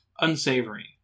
unsavory